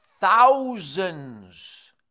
thousands